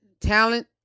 talent